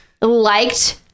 liked